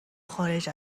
خارج